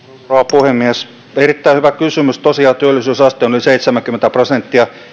puhemies erittäin hyvä kysymys tosiaan työllisyysaste on yli seitsemänkymmentä prosenttia